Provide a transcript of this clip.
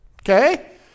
Okay